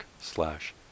slash